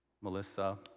Melissa